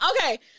Okay